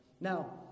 Now